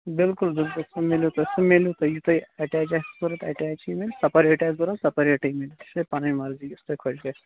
بِلکُل بِلکُل سُہ میلوٕ تۄہہ سُہ میلوٕ تۄہہِ یہِ تۄہہِ ایٹیچ آسِو کوٚرمُت ایٹیچے ملیہِ سَپیریٹ آسہِ ضروٗرت سیپیرٹٕے میلہِ یہِ چھَو تۄہہِ پَنٕنۍ مرضی یہِ تۄہہِ خۄش گژھوٕ